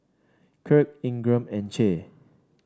Kirk Ingram and Che